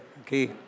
okay